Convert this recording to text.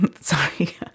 Sorry